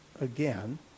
again